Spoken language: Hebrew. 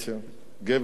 גבר קווקזי,